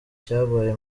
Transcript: cyabaye